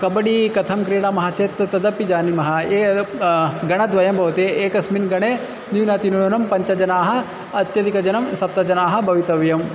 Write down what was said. कबडि कथं क्रीडामः चेत् तदपि जानीमः ये गणद्वयं भवतः एकस्मिन् गणे न्यूनातिन्यूनं पञ्चजनाः अत्यधिकं सप्तजनाः भवितव्याः